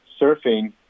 surfing